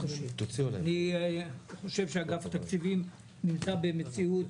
אני חושב שאגף התקציבים נמצא במציאות